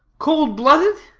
cold-blooded?